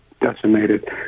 decimated